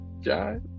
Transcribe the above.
Jai